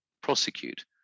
prosecute